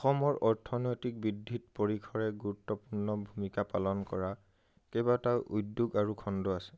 অসমৰ অৰ্থনৈতিক বৃদ্ধিত পৰিসৰে গুৰুত্বপূৰ্ণ ভূমিকা পালন কৰা কেইবাটাও উদ্যোগ আৰু খণ্ড আছে